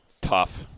Tough